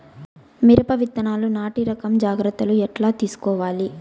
మిరప విత్తనాలు నాటి రకం జాగ్రత్తలు ఎట్లా తీసుకోవాలి?